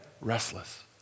restless